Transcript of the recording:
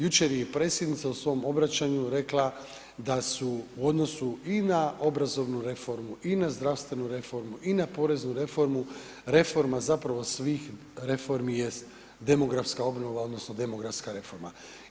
Jučer je predsjednica u svom obraćanju rekla da su u odnosi i na obrazovnu reformu i na zdravstvenu reformu i na poreznu reformu, reforma zapravo svih reformi jest demografska obnova odnosno demografska reforma.